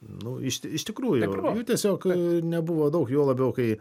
nu iš iš tikrųjų jų tiesiog nebuvo daug juo labiau kai